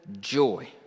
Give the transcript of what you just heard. joy